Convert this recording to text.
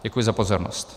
Děkuji za pozornost.